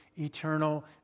eternal